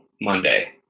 Monday